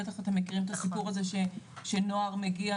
בטח אתם מכירים את הסיפור הזה שנוער מגיע